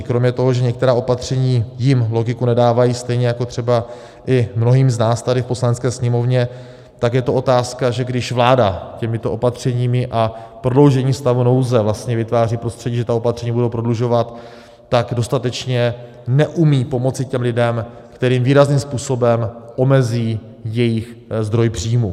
Kromě toho, že některá opatření jim logiku nedávají, stejně jako třeba i mnohým z nás tady v Poslanecké sněmovně, tak je to otázka, že když vláda těmito opatřeními a prodloužením stavu nouze vytváří vlastně prostředí, že opatření budou prodlužovat, tak dostatečně neumí pomoci lidem, kterým výrazným způsobem omezí jejich zdroj příjmu.